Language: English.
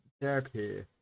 therapy